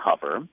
cover